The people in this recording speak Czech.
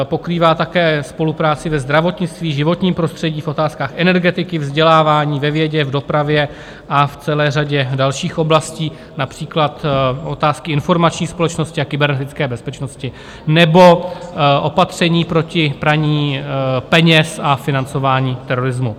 Pokrývá také spolupráci ve zdravotnictví, životním prostředí, v otázkách energetiky, vzdělávání, ve vědě, v dopravě a v celé řadě dalších oblastí, například otázky informační společnosti a kybernetické bezpečnosti nebo opatření proti praní peněz a financování terorismu.